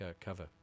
cover